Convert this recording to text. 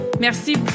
Merci